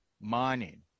mining